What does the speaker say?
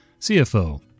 CFO